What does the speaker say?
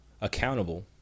Accountable